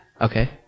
Okay